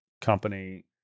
company